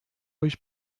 euch